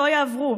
לא יעברו,